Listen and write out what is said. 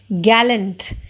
gallant